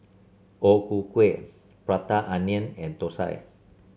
O Ku Kueh Prata Onion and thosai